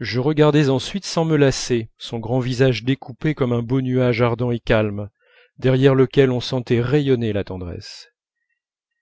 je regardais ensuite sans me lasser son grand visage découpé comme un beau nuage ardent et calme derrière lequel on sentait rayonner la tendresse